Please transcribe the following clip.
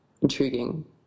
intriguing